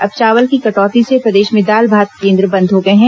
अब चावल की कटौती से प्रदेश में दाल भात केंद्र बंद हो गए हैं